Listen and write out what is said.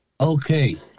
Okay